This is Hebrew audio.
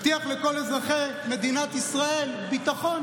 הבטיח לכל אזרחי מדינת ישראל ביטחון